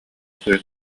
үчүгэй